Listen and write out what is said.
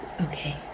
okay